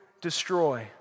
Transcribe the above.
destroy